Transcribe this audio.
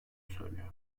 söylüyor